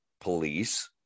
police